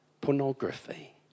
Pornography